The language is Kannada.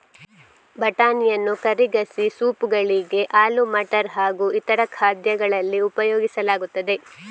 ಬಟಾಣಿಯನ್ನು ಕರಿ, ಗಸಿ, ಸೂಪ್ ಗಳಿಗೆ, ಆಲೂ ಮಟರ್ ಹಾಗೂ ಇತರ ಖಾದ್ಯಗಳಲ್ಲಿ ಉಪಯೋಗಿಸಲಾಗುತ್ತದೆ